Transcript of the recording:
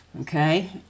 Okay